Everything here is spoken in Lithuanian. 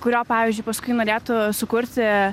kurio pavyzdžiui paskui norėtų sukurti